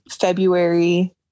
February